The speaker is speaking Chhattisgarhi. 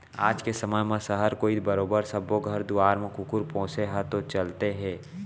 आज के समे म सहर कोइत बरोबर सब्बो घर दुवार म कुकुर पोसे ह तो चलते हे